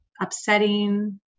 upsetting